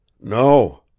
No